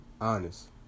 honest